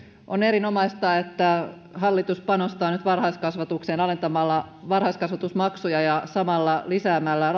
on erinomaista että hallitus panostaa nyt varhaiskasvatukseen alentamalla varhaiskasvatusmaksuja ja samalla lisäämällä